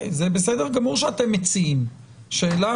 זה בסדר גמור שאתם מציעים אבל השאלה